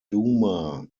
duma